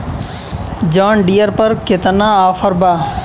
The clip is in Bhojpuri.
जॉन डियर पर केतना ऑफर बा?